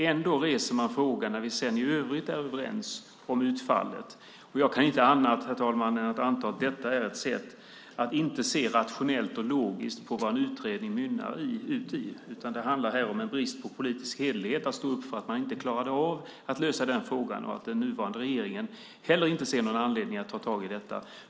Ändå reser man frågan när vi i övrigt är överens om utfallet. Jag kan inte annat, herr talman, än anta att detta är ett sätt att inte se rationellt och logiskt på vad en utredning mynnar ut i, utan det handlar här om en brist på politisk hederlighet, att stå upp för att man inte klarade av att lösa frågan och att den nuvarande regeringen heller inte ser någon anledning att ta tag i detta.